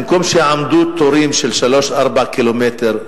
במקום שיעמדו תורים של 3 4 קילומטר,